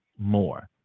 more